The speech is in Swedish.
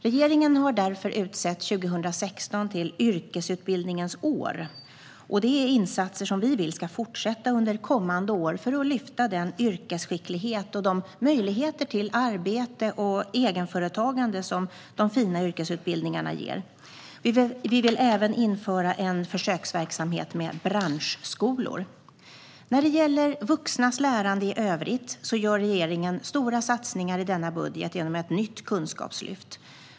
Regeringen utsåg därför 2016 till yrkesutbildningens år, och vi vill att dessa insatser ska fortsätta under kommande år för att lyfta fram den yrkesskicklighet och de möjligheter till arbete och egenföretagande som de fina yrkesutbildningarna ger. Vi vill även införa en försöksverksamhet med branschskolor. När det gäller vuxnas lärande i övrigt gör regeringen stora satsningar i denna budget genom ett nytt kunskapslyft.